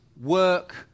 work